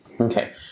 okay